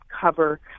cover